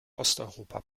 osteuropa